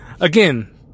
again